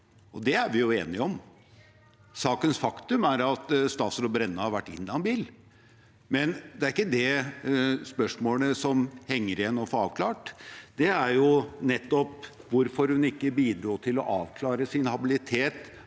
Det er vi enige om. Sakens faktum er at statsråd Brenna har vært inhabil, men det er ikke det spørsmålet som henger igjen å få avklart. Det er nettopp hvorfor hun ikke bidro til å avklare sin habilitet